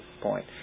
point